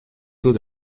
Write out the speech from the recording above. tôt